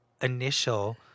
initial